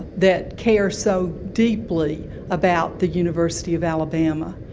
that care so deeply about the university of alabama.